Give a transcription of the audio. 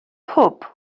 hwb